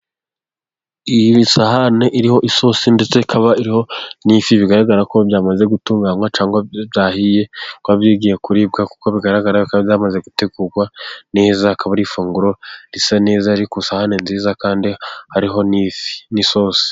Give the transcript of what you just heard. Iyi sahane iriho isosi ndetse ikaba iriho n'ifi . Bigaragara ko byamaze gutunganywa cyangwa byahiye, kuba bigiye kuribwa kuko bigaragara kandi byamaze gutegurwa neza hakaba hari ifunguro risa neza, riri ku sahane nziza kandi hariho ifi n'isosi.